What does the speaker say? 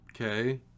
okay